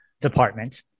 department